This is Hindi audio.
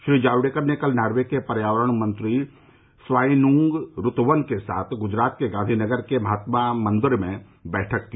श्री जावड़ेकर ने कल नार्वे के पर्यावरण मंत्री स्वाइनुंग रूतवन के साथ गुजरात के गांधीनगर के महात्मा मंदिर में बैठक की